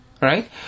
right